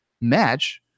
match